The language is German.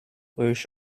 euch